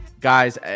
Guys